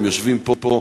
הם יושבים פה,